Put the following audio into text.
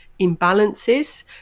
imbalances